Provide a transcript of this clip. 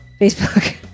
Facebook